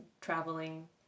traveling